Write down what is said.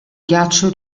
ghiaccio